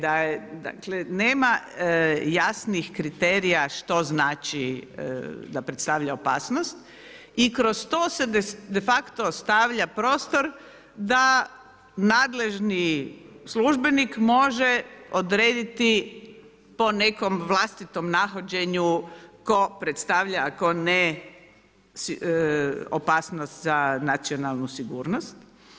Dakle, nema jasnih kriterija što znači da predstavlja opasnost i kroz to se de facto ostavlja prostor da nadležni službenik može odrediti po nekom vlastitom nahođenju tko predstavlja, a tko ne opasnost za nacionalnu sigurnost.